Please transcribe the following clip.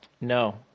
no